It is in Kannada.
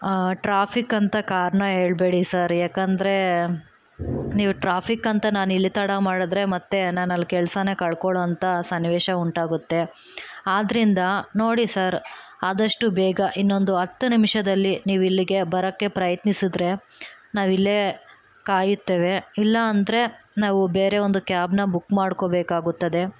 ಟ್ರಾಫಿಕ್ ಅಂತ ಕಾರಣ ಹೇಳಬೇಡಿ ಸರ್ ಯಾಕೆಂದ್ರೆ ನೀವು ನೀವು ಟ್ರಾಫಿಕ್ ಅಂತ ನಾನು ಇಲ್ಲಿ ತಡ ಮಾಡಿದರೆ ಮತ್ತೆ ನಾನು ಅಲ್ಲಿ ಕೆಲಸನ ಕಳ್ಕೊಳ್ಳೋ ಅಂತ ಸನ್ನಿವೇಶ ಉಂಟಾಗುತ್ತೆ ಆದ್ರಿಂದ ನೋಡಿ ಸರ್ ಆದಷ್ಟು ಬೇಗ ಇನ್ನೊಂದು ಹತ್ತು ನಿಮಿಷದಲ್ಲಿ ನೀವು ಇಲ್ಲಿಗೆ ಬರೋಕ್ಕೆ ಪ್ರಯತ್ನಿಸಿದ್ರೆ ನಾವು ಇಲ್ಲೇ ಕಾಯುತ್ತೇವೆ ಇಲ್ಲಾಂದ್ರೆ ನಾವು ಬೇರೆ ಒಂದು ಕ್ಯಾಬ್ನ ಮಾಡ್ಕೋಬೇಕಾಗುತ್ತದೆ